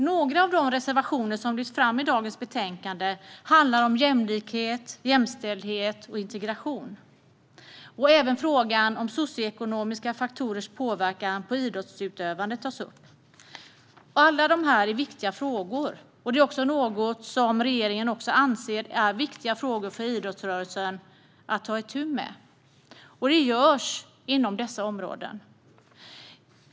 Några av de reservationer som lyfts fram i dagens betänkande handlar om jämlikhet, jämställdhet och integration. Även frågan om socioekonomiska faktorers påverkan på idrottsutövandet tas upp. Alla är viktiga frågor. Regeringen anser att det är viktiga frågor för idrottsrörelsen att ta itu med. Och det görs inom dessa områden.